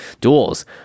Duels